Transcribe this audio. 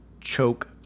choke